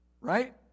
Right